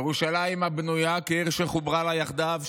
ירושלם הבנויה כעיר שחֻבּרה-לה יחדׇו.